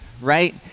right